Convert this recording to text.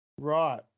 Right